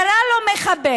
קרא לו מחבל.